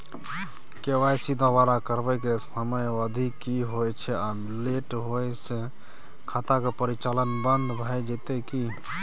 KYC दोबारा करबै के समयावधि की होय छै आ लेट होय स खाता के परिचालन बन्द भ जेतै की?